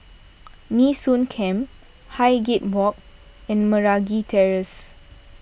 Nee Soon Camp Highgate Walk and Meragi Terrace